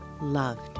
loved